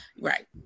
right